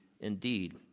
indeed